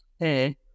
Hey